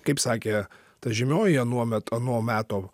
kaip sakė ta žymioji anuomet ano meto